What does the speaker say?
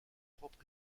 propre